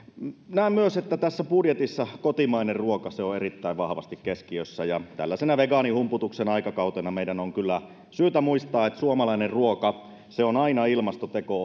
näen myös että tässä budjetissa kotimainen ruoka on erittäin vahvasti keskiössä ja tällaisena vegaanihumputuksen aikakautena meidän on kyllä syytä muistaa että suomalainen ruoka se on aina ilmastoteko